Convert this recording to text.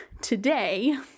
today